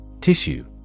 Tissue